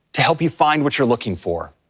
to help you find what you're looking for.